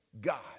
god